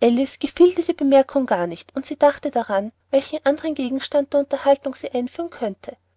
alice gefiel diese bemerkung gar nicht und sie dachte daran welchen andern gegenstand der unterhaltung sie einführen könnte